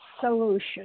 solution